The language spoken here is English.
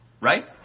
Right